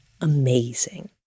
amazing